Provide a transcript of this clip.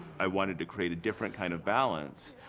i wanted to create a different kind of balance.